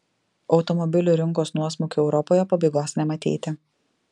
automobilių rinkos nuosmukiui europoje pabaigos nematyti